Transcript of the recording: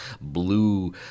blue